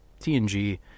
TNG